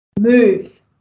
move